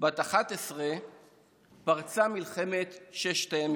בת 11 פרצה מלחמת ששת הימים.